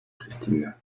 christine